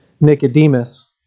Nicodemus